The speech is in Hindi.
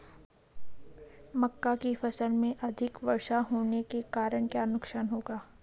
मक्का की फसल में अधिक वर्षा होने के कारण क्या नुकसान होगा?